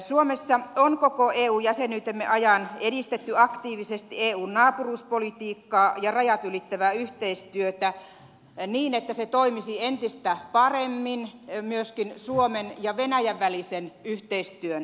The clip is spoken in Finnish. suomessa on koko eu jäsenyytemme ajan edistetty aktiivisesti eun naapuruuspolitiikkaa ja rajat ylittävää yhteistyötä niin että se toimisi entistä paremmin myöskin suomen ja venäjän välisen yhteistyön tukena